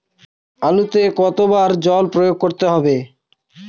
আলুতে কতো বার জল প্রয়োগ করতে হবে?